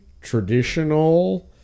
traditional